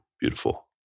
beautiful